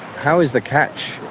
how is the catch?